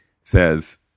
says